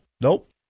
nope